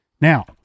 Now